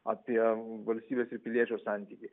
apie valstybės ir piliečio santykį